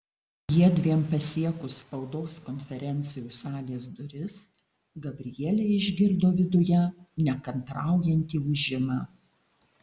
jiedviem pasiekus spaudos konferencijų salės duris gabrielė išgirdo viduje nekantraujantį ūžimą